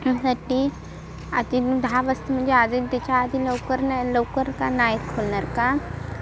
आधी दहा वाजता म्हणजे आधी त्याच्या आधी लवकर नाही लवकर का नाही खोलणार का